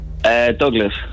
Douglas